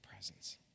presence